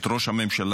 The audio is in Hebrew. את ראש הממשלה,